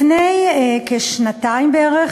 לפני כשנתיים בערך,